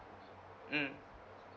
mm